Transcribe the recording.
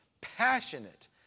passionate